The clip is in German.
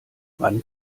wann